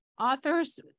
authors